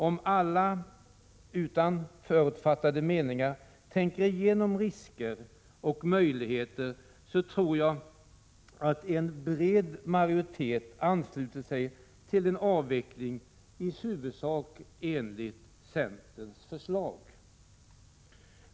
Om alla utan förutfattade meningar tänker igenom risker och möjligheter, så tror jag att en bred majoritet ansluter sig till en avveckling i huvudsak enligt centerns förslag.